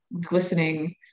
glistening